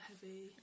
heavy